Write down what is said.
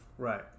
Right